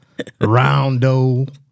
Roundo